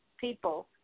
people